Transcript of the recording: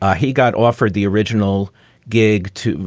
ah he got offered the original gig, too,